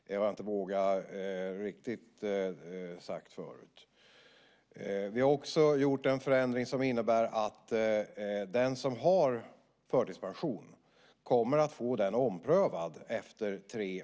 Det har jag inte riktigt vågat säga förut. Vi har även gjort en förändring som innebär att den som har förtidspension kommer att få den omprövad efter tre år.